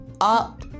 up